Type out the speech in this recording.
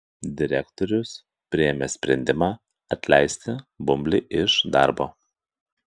direktorius priėmė sprendimą atleisti bumblį iš darbo